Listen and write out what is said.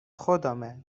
خدامه